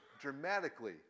dramatically